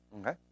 Okay